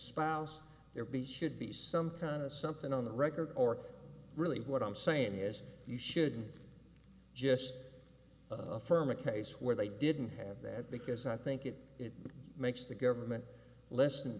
spouse there be should be some kind of something on the record or really what i'm saying is you shouldn't just affirm a case where they didn't have that because i think it makes the government l